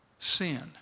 sin